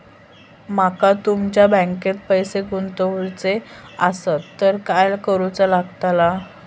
माका तुमच्या बँकेत पैसे गुंतवूचे आसत तर काय कारुचा लगतला?